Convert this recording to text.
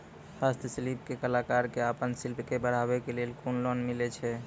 हस्तशिल्प के कलाकार कऽ आपन शिल्प के बढ़ावे के लेल कुन लोन मिलै छै?